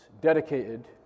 dedicated